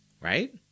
Right